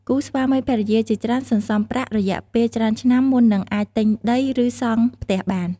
គូស្វាមីភរិយាជាច្រើនសន្សំប្រាក់ រយៈពេលច្រើនឆ្នាំ មុននឹងអាចទិញដី ឬ សង់ផ្ទះបាន។